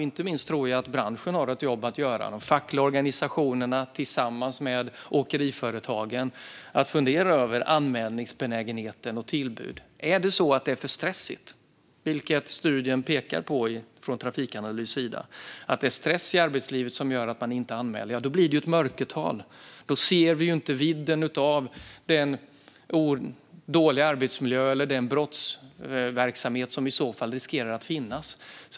Inte minst tror jag att branschen - de fackliga organisationerna tillsammans med åkeriföretagen - har ett jobb att göra med att fundera över anmälningsbenägenheten och tillbuden. Är det så att det är för stressigt, vilket studien från Trafikanalys pekar på, och att det är stress i arbetslivet som gör att man inte anmäler blir det ju ett mörkertal - då ser vi inte vidden av den dåliga arbetsmiljö eller den brottsverksamhet som i så fall riskerar att finnas.